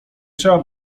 trzeba